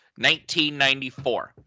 1994